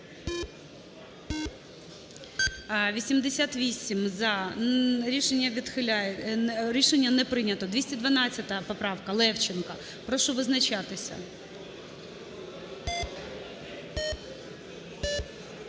рішення не прийнято. 212 поправка Левченка. Прошу визначатися.